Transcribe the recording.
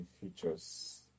features